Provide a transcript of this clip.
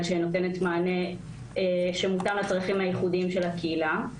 שנותנת מענה שמותאם לצרכים הייחודיים של הקהילה,